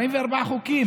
חוקים,